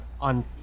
on